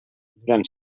durant